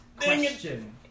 Question